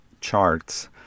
charts